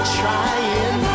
trying